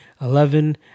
Eleven